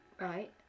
Right